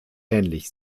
ähnlich